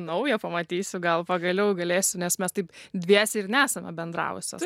naujo pamatysiu gal pagaliau galėsiu dviese ir nesame bendravusios